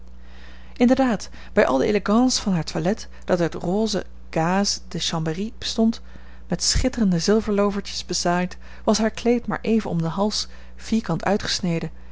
inderdaad bij al de élégance van haar toilet dat uit roze gaze de chambéry bestond met schitterende zilverlovertjes bezaaid was haar kleed maar even om den hals vierkant uitgesneden